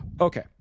okay